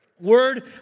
Word